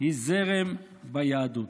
היא זרם ביהדות.